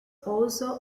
also